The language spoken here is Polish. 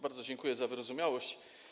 Bardzo dziękuję za wyrozumiałość.